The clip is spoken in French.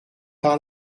par